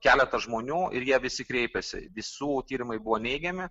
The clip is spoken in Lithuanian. keletas žmonių ir jie visi kreipėsi visų tyrimai buvo neigiami